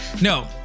no